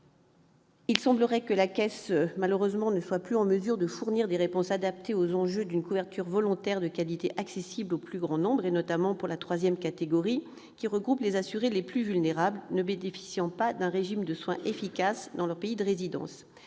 Il semblerait que la Caisse ne soit malheureusement plus en mesure de fournir des réponses adaptées aux enjeux d'une couverture volontaire de qualité accessible au plus grand nombre, notamment pour la troisième catégorie, qui regroupe les assurés les plus vulnérables, lesquels ne bénéficient pas d'un régime de soins efficace dans leur pays de résidence.